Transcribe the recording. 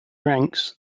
ranks